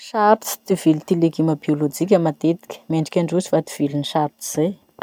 Sarotsy ty vily ty leguma biolojika matetiky. Mendriky androzy va ty viliny sarotsy zay?